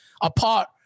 apart